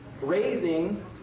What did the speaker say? raising